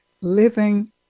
Living